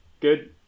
Good